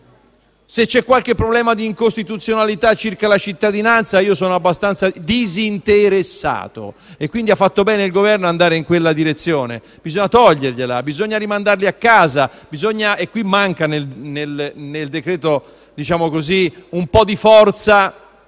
se c'è qualche problema di incostituzionalità circa la cittadinanza, io sono abbastanza disinteressato e, quindi, ha fatto bene il Governo ad andare in quella direzione: bisogna togliergliela, bisogna rimandarli a casa. A tal proposito, manca nel decreto-legge un po' di forza,